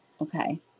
Okay